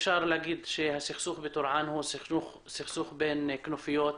אפשר להגיד שהסכסוך בטורעאן הוא סכסוך בין כנופיות.